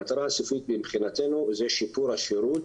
המטרה הסופית מבחינתנו היא שיפור השירות